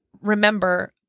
remember